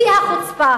שיא החוצפה